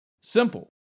Simple